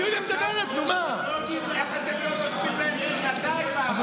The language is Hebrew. יוליה, מי שהבין ממני דברים כאלה, לא.